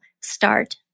start